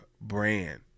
brand